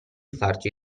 farci